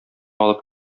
алып